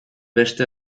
beste